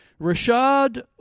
Rashad